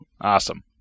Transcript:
Awesome